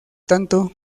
tanto